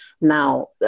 Now